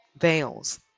Veils